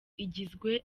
igizwe